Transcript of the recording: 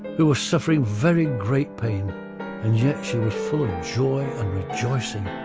who was suffering very great pain and yet she was full of joy and rejoicing.